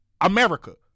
America